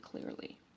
clearly